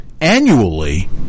annually